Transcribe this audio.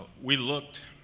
we looked,